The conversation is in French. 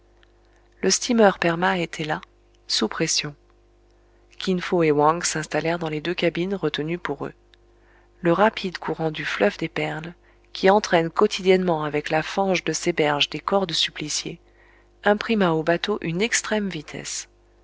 le steamer perma était là sous pression kin fo et wang s'installèrent dans les deux cabines retenues pour eux le rapide courant du fleuve des perles qui entraîne quotidiennement avec la fange de ses berges des corps de suppliciés imprima au bateau une extrême vitesse